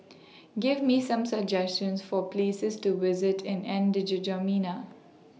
Give Me Some suggestions For Places to visit in N